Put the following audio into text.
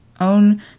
own